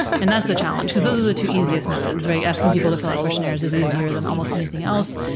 and that's a challenge, cause those are the two easiest methods, right, asking people to fill out questionnaires is easier than almost anything else.